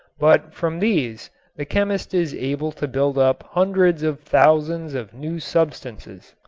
but from these the chemist is able to build up hundreds of thousands of new substances.